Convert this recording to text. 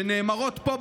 שנאמרות פה,